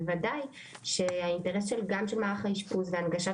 אז בוודאי שהאינטרס גם של מערך האשפוז בהנגשת